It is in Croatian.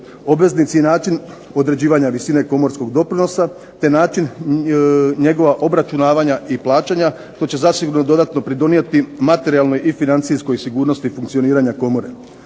Obveznici i način određivanja Komorskog doprinosa te način njegova obračunavanja i plaćanja što će zasigurno dodatno pridonijeti materijalnoj i financijskoj sigurnosti funkcioniranja komore.